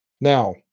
Now